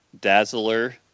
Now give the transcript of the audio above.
Dazzler